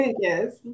yes